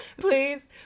please